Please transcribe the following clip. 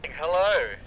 Hello